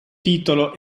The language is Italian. titolo